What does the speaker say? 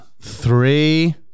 three